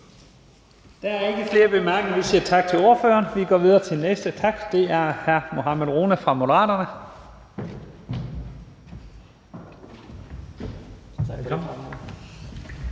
Der er ikke flere korte bemærkninger. Vi siger tak til ordføreren. Vi går videre til den næste ordfører, hr. Mohammad Rona fra Moderaterne.